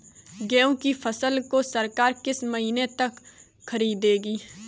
गेहूँ की फसल को सरकार किस महीने तक खरीदेगी?